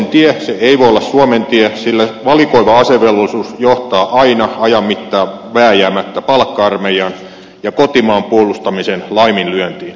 se ei voi olla suomen tie sillä valikoiva asevelvollisuus johtaa aina ajan mittaan vääjäämättä palkka armeijaan ja kotimaan puolustamisen laiminlyöntiin